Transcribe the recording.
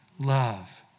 Love